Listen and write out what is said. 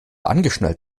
angeschnallt